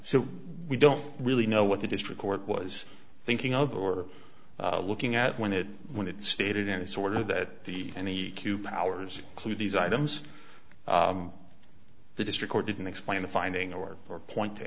so we don't really know what the district court was thinking of or looking at when it when it stated any sort of that the any q powers clear these items the district court didn't explain the finding or or point to